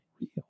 real